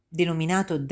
denominato